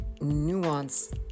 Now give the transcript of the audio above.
Nuance